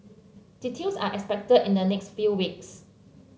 details are expected in the next few weeks